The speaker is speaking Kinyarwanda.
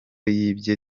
yibye